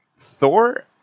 Thor